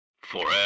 Forever